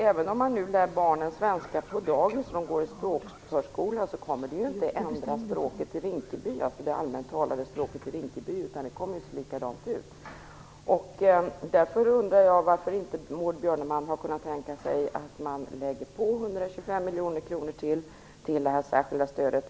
Även om man lär barnen svenska på dagis och de går i språkförskola kommer det inte att ändra det språk som talas allmänt i Rinkeby. Det kommer att se likadant ut. Därför undrar jag varför Maud Björnemalm inte kan tänka sig att man lägger på ytterligare 125 miljoner kronor på detta särskilda stöd.